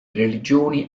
religioni